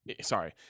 Sorry